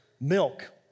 milk